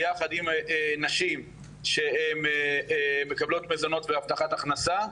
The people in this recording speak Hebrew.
ויחד עם נשים שהן מקבלות מזונות והבטחת הכנסה.